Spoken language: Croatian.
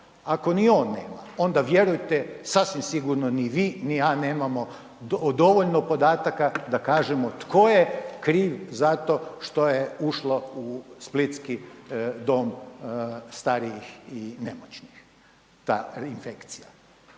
ako ni on nema onda vjerujte sasvim sigurno ni vi ni ja nemamo dovoljno podataka da kažemo tko je kriv za to što je ušlo u splitski dom starijih i nemoćnih ta infekcija.